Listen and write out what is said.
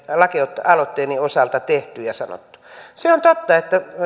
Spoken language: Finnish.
lakialoitteeni osalta tehty ja sanottu se on totta että